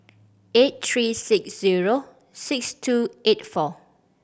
eight three six zero six two eight four